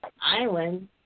island